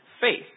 faith